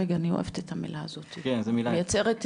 רגע, אני אוהבת את המילה הזאת, היא יוצרת דרמה.